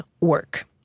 work